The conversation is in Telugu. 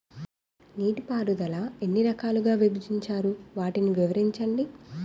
నీటిపారుదల ఎన్ని రకాలుగా విభజించారు? వాటి వివరించండి?